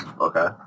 Okay